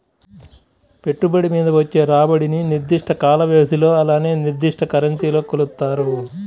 పెట్టుబడి మీద వచ్చే రాబడిని నిర్దిష్ట కాల వ్యవధిలో అలానే నిర్దిష్ట కరెన్సీలో కొలుత్తారు